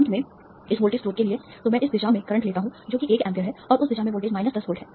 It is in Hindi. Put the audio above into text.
अंत में इस वोल्टेज स्रोत के लिए तो मैं इस दिशा में करंट लेता हूं जो कि 1 एम्पीयर है और उस दिशा में वोल्टेज माइनस 10 वोल्ट है